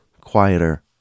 quieter